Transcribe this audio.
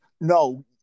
No